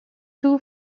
two